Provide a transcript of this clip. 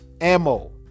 Ammo